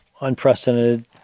unprecedented